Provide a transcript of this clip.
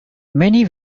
many